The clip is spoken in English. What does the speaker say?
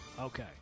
Okay